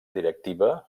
directiva